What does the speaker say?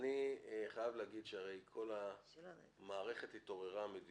אני חייב להגיד שכל המערכת התעוררה בזכות